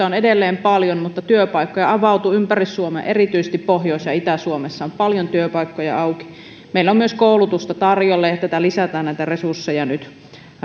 on edelleen paljon mutta työpaikkoja avautuu ympäri suomen erityisesti pohjois ja itä suomessa on paljon työpaikkoja auki meillä on myös koulutusta tarjolla ja näitä resursseja lisätään nyt